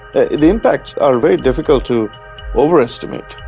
the impacts are very difficult to overestimate.